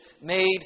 made